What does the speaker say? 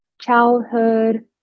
childhood